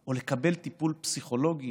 או לקבל טיפול פסיכולוגי